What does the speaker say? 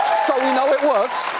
so we know it works.